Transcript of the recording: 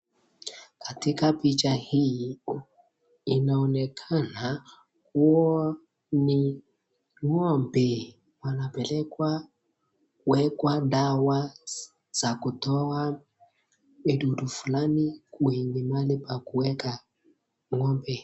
Katika picha hii, inaonekana kua ni ngombe wanapelekwa kuwekwa dawa ya kutoa vidudu flani kwenye mahali pa kuweka ngombe.